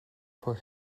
for